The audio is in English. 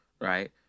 right